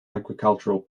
agricultural